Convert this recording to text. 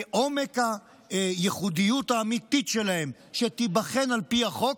כעומק הייחודיות האמיתית שלהם, שתיבחן על פי החוק,